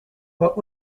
what